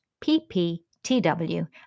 PPTW